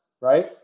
right